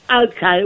okay